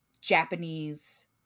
Japanese